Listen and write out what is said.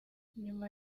nyuma